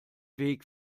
weg